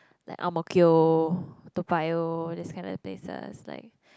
like ang-mo-kio Toa-Payoh this kind of places like